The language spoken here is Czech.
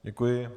Děkuji.